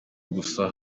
gusa